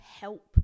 help